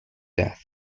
death